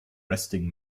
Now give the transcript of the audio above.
resting